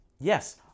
Yes